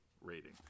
rating